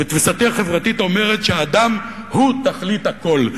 ותפיסתי החברתית אומרת שהאדם הוא תכלית הכול.